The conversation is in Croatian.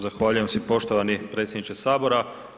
Zahvaljujem poštovani predsjedniče sabora.